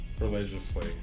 religiously